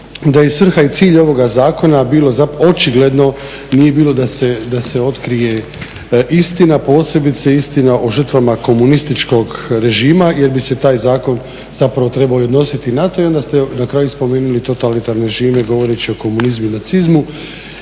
da je svrha i cilj ovoga zakona očigledno nije bilo da se otkrije istina, posebice istina o žrtvama komunističkog režima jer bi se taj zakon zapravo trebao i odnositi na to. I onda ste na kraju spomenuli totalitarni režim govoreći o komunizmu i nacizmu.